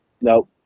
no